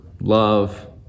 love